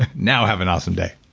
and now, have an awesome day